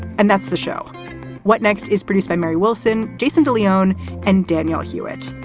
and that's the show what next is produced by mary wilson, jason de leon and danielle hewitt.